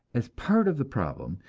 as part of the problem,